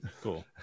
Cool